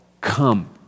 come